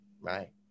right